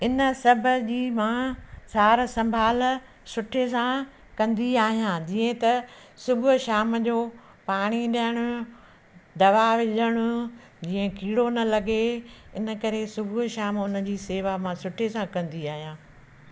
इन सभ जी मां सार संभाल सुठे सां कंदी आहियां जीअं त सुबुह शाम जो पाणी ॾियण दवा विझणो जीअं कीड़ो न लॻे इन करे सुबुह शाम हुन जी सेवा मां सुठे सां कंदी आहियां